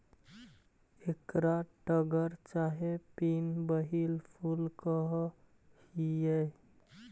एकरा टगर चाहे पिन व्हील फूल कह हियई